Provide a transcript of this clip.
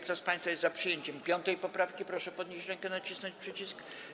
Kto z państwa jest za przyjęciem 5. poprawki, proszę podnieść rękę i nacisnąć przycisk.